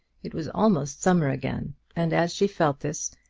it was almost summer again, and as she felt this,